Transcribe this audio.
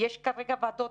יש כרגע ועדות.